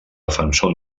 defensor